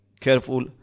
careful